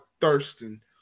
Thurston